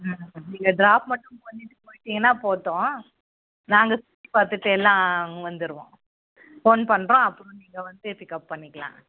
ஆ நீங்கள் ட்ராப் மட்டும் பண்ணிவிட்டு போய்ட்டிங்கனால் போதும் நாங்கள் சுற்றி பார்த்துட்டு எல்லாம் வந்துருவோம் ஃபோன் பண்ணுறோம் அப்புறம் நீங்கள் வந்து பிக்கப் பண்ணிக்கலாம்